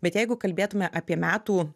bet jeigu kalbėtume apie metų